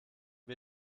wir